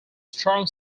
strong